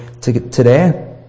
today